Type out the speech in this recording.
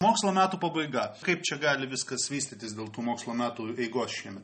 mokslo metų pabaiga kaip čia gali viskas vystytis dėl tų mokslo metų eigos šiemet